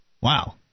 Wow